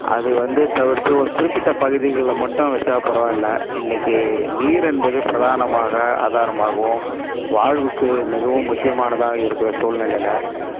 அது வந்து தவிர்த்து ஒரு குறிப்பிட்ட பகுதிகளில் மட்டும் வைச்சா பரவாயில்லை இன்றைக்கு நீர் என்பது பிரதானமாக ஆதாரமாகவும் வாழ்வுக்கு மிகவும் முக்கியமானதாக இருக்கிற சூழ்நிலையில்